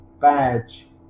badge